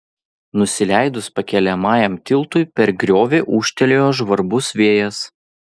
nusileidus pakeliamajam tiltui per griovį ūžtelėjo žvarbus vėjas